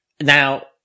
Now